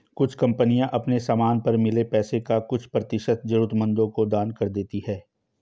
कुछ कंपनियां अपने समान पर मिले पैसे का कुछ प्रतिशत जरूरतमंदों को दान कर देती हैं